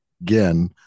again